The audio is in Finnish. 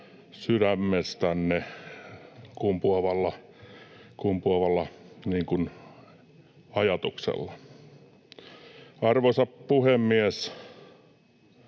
sydämestänne kumpuavalla ajatuksella. Arvoisa puhemies!